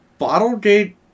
Bottlegate